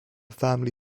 family